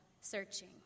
searching